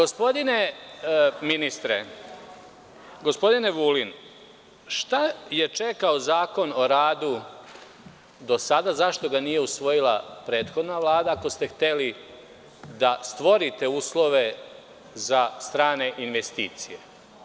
Gospodine ministre, šta je čekao Zakon o radu do sada, zašto ga nije usvojila prethodna Vlada ako ste hteli da stvorite uslove za strane investicije?